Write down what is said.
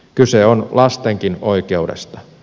kyse on lastenkin oikeudesta